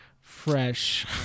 fresh